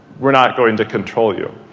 we're not going to control you.